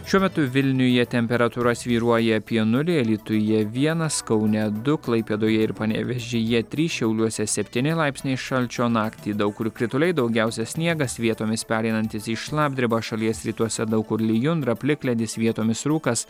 šiuo metu vilniuje temperatūra svyruoja apie nulį alytuje vienas kaune du klaipėdoje ir panevėžyje trys šiauliuose septyni laipsniai šalčio naktį daug kur krituliai daugiausiai sniegas vietomis pereinantis į šlapdribą šalies rytuose daug kur lijundra plikledis vietomis rūkas